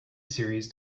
series